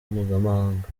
mpuzamahanga